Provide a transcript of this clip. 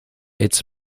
its